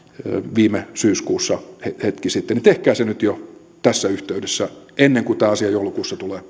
viime syyskuussa hetki sitten tehkää se nyt jo tässä yhteydessä ennen kuin tämä asia joulukuussa tulee